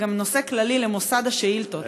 זה גם נושא כללי למוסד השאילתות.